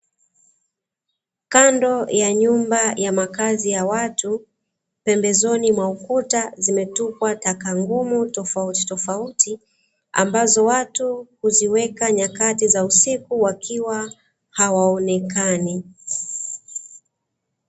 Kando ya nyumba ya makazi ya watu, pembezoni mwa ukuta zimetupwa taka ngumu tofautitofauti, ambazo watu huziweka nyakati za usiku wakiwa hawaonekani.